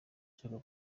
nshaka